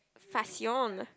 fashion